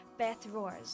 bethroars